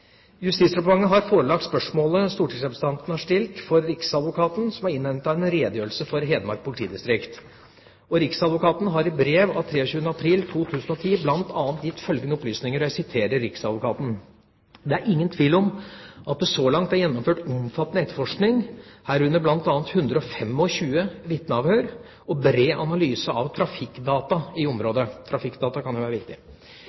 Justisdepartementet har forelagt spørsmålet stortingsrepresentanten har stilt, for riksadvokaten, som har innhentet en redegjørelse fra Hedmark politidistrikt. Riksadvokaten har i brev av 23. april 2010 bl.a. gitt følgende opplysninger: «Det er ingen tvil om at det så langt er gjennomført omfattende etterforskning, herunder bl.a. 125 vitneavhør og bred analyse av trafikkdata i området.» – Trafikkdata kan være